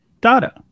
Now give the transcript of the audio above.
data